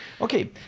Okay